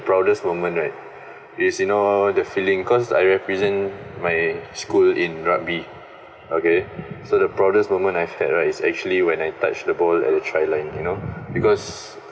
proudest moment right is you know the feeling cause I represent my school in rugby okay so the proudest moment I've had right is actually when I touch the ball at the try line you know because